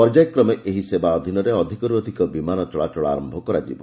ପର୍ଯ୍ୟାୟକ୍ରମେ ଏହି ସେବା ଅଧୀନରେ ଅଧିକରୁ ଅଧିକ ବିମାନ ଚଳାଚଳ ଆରମ୍ଭ କରାଯିବ